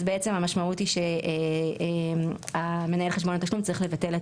אז בעצם המשמעות היא שמנהל חשבון התשלום צריך לבטל את